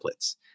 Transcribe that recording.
templates